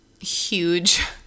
huge